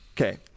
Okay